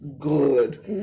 good